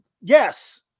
Yes